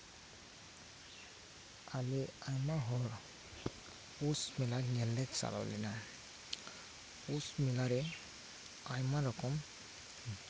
ᱟᱭᱢᱟ ᱦᱚᱲ ᱯᱳᱥ ᱢᱮᱞᱟ ᱧᱮᱞ ᱞᱮ ᱪᱟᱞᱟᱣ ᱞᱮᱱᱟ ᱯᱳᱥ ᱢᱮᱞᱟᱨᱮ ᱟᱭᱢᱟ ᱨᱚᱠᱚᱢ